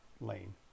lane